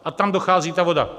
A tam dochází ta voda.